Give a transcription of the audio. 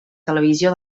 televisió